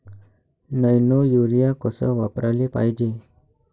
Nano urea कस वापराले पायजे?